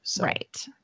Right